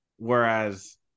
Whereas